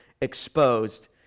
exposed